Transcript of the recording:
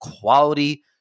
quality